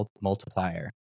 multiplier